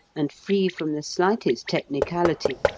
and free from the slightest technicality,